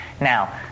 Now